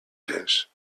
dish